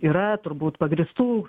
yra turbūt pagrįstų